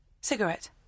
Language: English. Cigarette